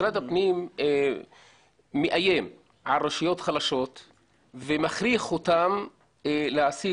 משרד הפנים מאיים על רשויות חלשות ומכריח אותן להעסיק